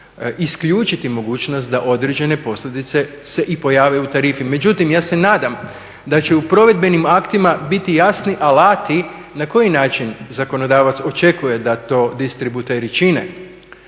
isključiti mogućnost da određene posljedice se i pojave u tarifi. Međutim, ja se nadam da će i u provedbenim aktima biti jasni alati na koji način zakonodavac očekuje da to distributeri čine.